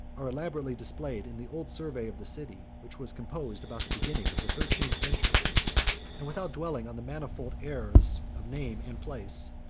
are elaborately displayed in the old survey of the city which was composed about the beginning of the thirteenth century and, without dwelling on the manifold errors of name and place,